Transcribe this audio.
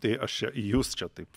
tai aš čia į jus čia taip